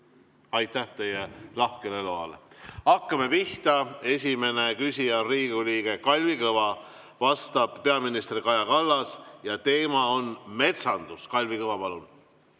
Aitäh teie lahkele loale! Hakkame pihta! Esimene küsija on Riigikogu liige Kalvi Kõva, vastab peaminister Kaja Kallas, teema on metsandus. Kalvi Kõva, palun!